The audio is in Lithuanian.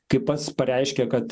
kaip pats pareiškė kad